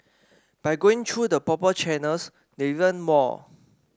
by going through the proper channels they learn more